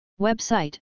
Website